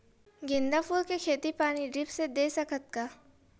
गेंदा फूल के खेती पानी ड्रिप से दे सकथ का?